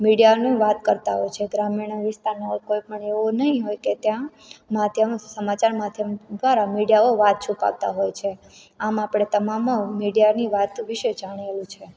મીડિયાની વાત કરતાં હોય છે ગ્રામીણ વિસ્તારના લોકોએ પણ એવું નહીં હોય કે ત્યાં માધ્યમ સમાચાર માધ્યમ દ્વારા મીડિયાઓ વાત છુપાવતા હોય છે આમ આપણે તમામ મીડિયાની વાત વિશે જાણેલું છે